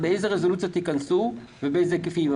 באיזו רזולוציה תיכנסו ובאילו היקפים.